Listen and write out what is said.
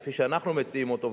כפי שאנחנו מציעים אותו,